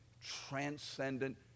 transcendent